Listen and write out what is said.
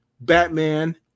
batman